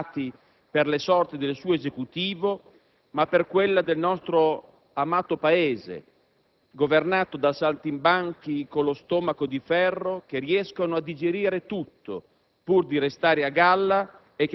e noi non siamo certo preoccupati per le sorti del suo esecutivo, ma per quelle del nostro amato Paese, governato da saltimbanchi con lo stomaco di ferro, che riescono a digerire tutto